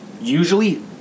usually